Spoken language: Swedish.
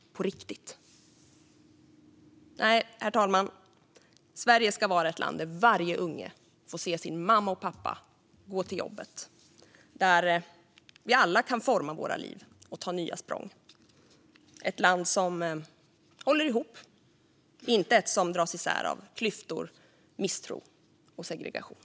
Nej, herr talman, Sverige ska vara ett land där varje unge får se mamma och pappa gå till jobbet och där vi alla kan forma våra liv och ta nya språng. Sverige ska vara ett land som håller ihop, inte ett som dras isär av klyftor, misstro och segregation.